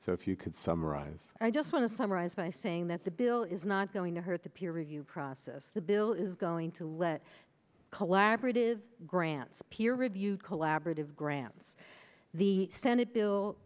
so if you could summarize i just want to summarize by saying that the bill is not going to hurt the peer review process the bill is going to let collaborative grants peer reviewed collaborative grants the senate bill